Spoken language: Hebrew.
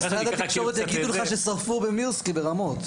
משרד התקשורת יגידו לך ששרפו במירסקי ברמות.